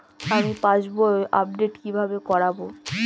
আমি passbook update কিভাবে করাব?